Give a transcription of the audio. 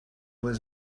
was